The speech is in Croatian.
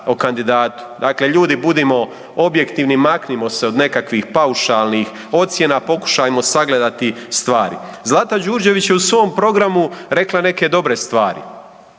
o kandidatu. Dakle, ljudi budimo objektivni, maknimo se od nekakvih paušalnih ocjena, pokušajmo sagledati stvari. Zlata Đurđević je u svom programu rekla neke dobre stvari,